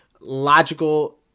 logical